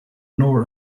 nor